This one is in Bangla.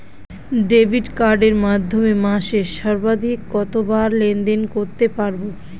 ডেবিট কার্ডের মাধ্যমে মাসে সর্বাধিক কতবার লেনদেন করতে পারবো?